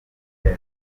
neza